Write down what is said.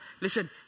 Listen